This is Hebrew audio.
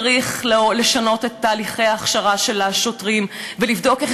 צריך לשנות את תהליכי ההכשרה של השוטרים ולבדוק איך